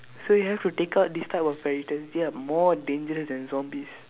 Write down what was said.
so you have to take out this type of they are more dangerous than zombies